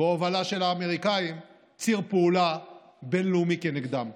בהובלה של האמריקאים, ציר פעולה בין-לאומי נגדם.